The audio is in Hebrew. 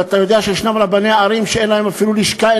ואתה יודע שישנם רבני ערים שאין להם אפילו לשכה,